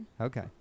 Okay